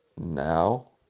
now